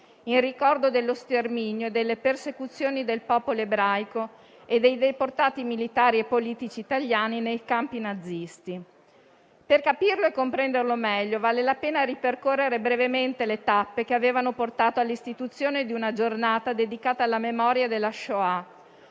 in ricordo dello sterminio e delle persecuzioni del popolo ebraico e dei deportati militari e politici italiani nei campi nazisti. Per capirlo e comprenderlo meglio, vale la pena ripercorrere brevemente le tappe che hanno portato all'istituzione di una giornata dedicata alla memoria della *shoah*